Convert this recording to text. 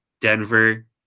Denver